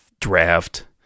draft